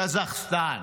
קזחסטן.